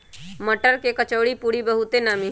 मट्टर के कचौरीपूरी बहुते नामि हइ